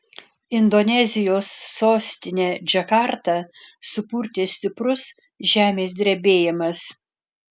indonezijos sostinę džakartą supurtė stiprus žemės drebėjimas